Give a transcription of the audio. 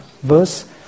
verse